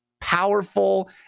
powerful